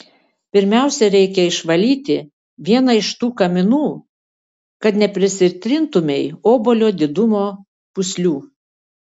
pirmiausia reikia išvalyti vieną iš tų kaminų kad neprisitrintumei obuolio didumo pūslių